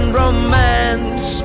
romance